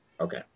Okay